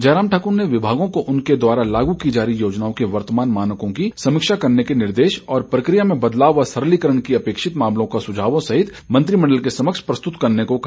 जयराम ठाकुर ने विभागों को उनके द्वारा कार्यान्वित की जा रही योजनाओं के वर्तमान मानको की समीक्षा करने के निर्देश दिए और प्रकिया में बदलाव व सरलीकरण के लिए अपेक्षित मामलों को सुझावों सहित मंत्रिमण्डल के समक्ष प्रस्तुत करने को कहा